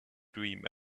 dream